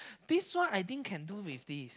this one I think can do with this